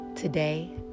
Today